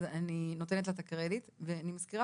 אז אני נותנת לה את הקרדיט ואני מזכירה